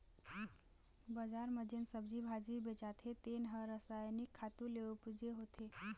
बजार म जेन सब्जी भाजी बेचाथे तेन ह रसायनिक खातू ले उपजे होथे